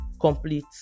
complete